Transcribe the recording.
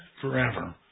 forever